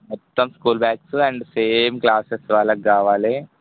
మొత్తం school bags and same classes వాళ్ళకి కావాలి